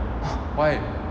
why